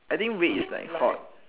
I think red is like hot